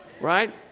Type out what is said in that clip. Right